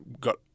Got